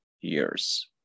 years